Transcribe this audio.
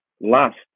last